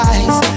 Eyes